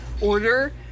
order